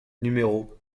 numéro